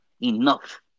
enough